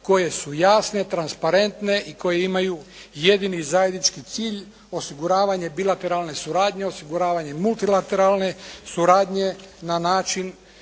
koje su jasne, transparentne i koje imaju jedini zajednički cilj osiguravanje bilateralne suradnje, osiguravanje multiratelarene suradnje na način